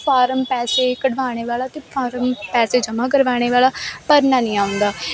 ਉਹ ਫਾਰਮ ਪੈਸੇ ਕਢਵਾਣੇ ਵਾਲਾ ਅਤੇ ਫਾਰਮ ਪੈਸੇ ਜਮ੍ਹਾਂ ਕਰਵਾਣੇ ਵਾਲਾ ਭਰਨਾ ਨਹੀਂ ਆਉਂਦਾ